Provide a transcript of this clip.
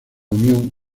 unión